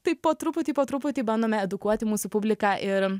taip po truputį po truputį bandome edukuoti mūsų publiką ir